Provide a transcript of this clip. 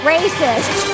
Racist